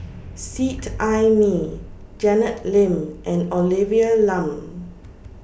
Seet Ai Mee Janet Lim and Olivia Lum